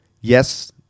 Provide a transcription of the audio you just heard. yes